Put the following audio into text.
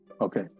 Okay